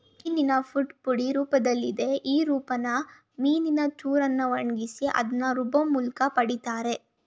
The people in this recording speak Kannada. ಮೀನಿನ ಫುಡ್ ಪುಡಿ ರೂಪ್ದಲ್ಲಿದೆ ಈ ರೂಪನ ಮೀನಿನ ಚೂರನ್ನ ಒಣಗ್ಸಿ ಅದ್ನ ರುಬ್ಬೋಮೂಲ್ಕ ಪಡಿತಾರೆ